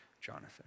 Jonathan